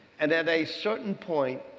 and at a certain point,